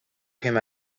him